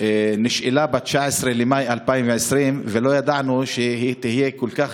נשאלה ב-19 במאי 2020, ולא ידענו שהיא תהיה כל כך